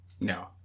No